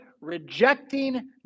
rejecting